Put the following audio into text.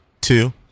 two